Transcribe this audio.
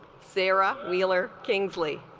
sarah wheeler kingsley